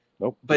Nope